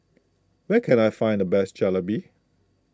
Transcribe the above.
where can I find the best Jalebi